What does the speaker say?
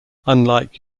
unlike